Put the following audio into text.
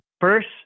first